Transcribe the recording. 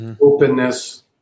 openness